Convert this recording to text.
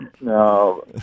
no